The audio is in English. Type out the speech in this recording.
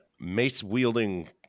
mace-wielding